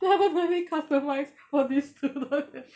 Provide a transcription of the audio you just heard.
then after that they really customise for this student